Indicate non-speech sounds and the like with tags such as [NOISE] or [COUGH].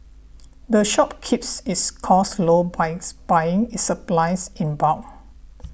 the shop keeps its costs low by [NOISE] buying its supplies in bulk